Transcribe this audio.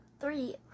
three